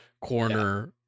corner